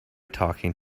talking